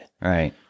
Right